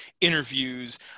interviews